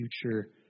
future